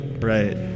right